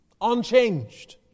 unchanged